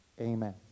Amen